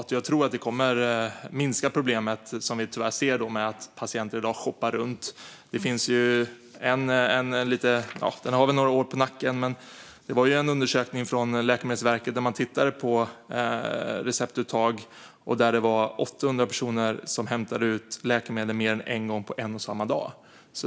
Jag tror att det kommer att minska problemet med att patienter shoppar runt, vilket vi tyvärr ser i dag. I en undersökning från Läkemedelsverket - den har väl några år på nacken - där man tittade på receptuttag kunde man se att 800 personer på en och samma dag hade hämtat ut läkemedel mer än en gång.